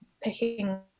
picking